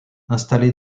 installé